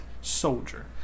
soldier